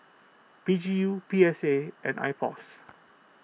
P G U P S A and Ipos